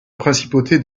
principauté